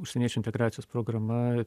užsieniečių integracijos programa